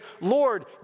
Lord